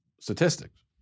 statistics